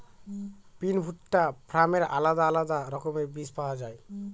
বিন, ভুট্টা, ফার্নের আলাদা আলাদা রকমের বীজ পাওয়া যায়